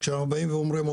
כשאנחנו אומרים,